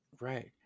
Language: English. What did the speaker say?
Right